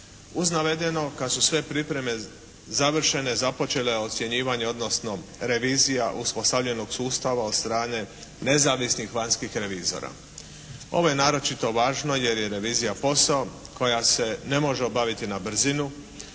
Uz navedeno kad su sve pripreme završene započele ocjenjivanje odnosno revizija uspostavljenog sustava od strane nezavisnih vanjskih revizora. Ovo je naročito važno jer je revizija posao koja se ne može obaviti na brzinu